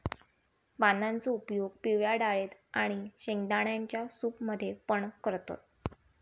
पानांचो उपयोग पिवळ्या डाळेत आणि शेंगदाण्यांच्या सूप मध्ये पण करतत